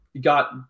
got